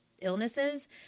illnesses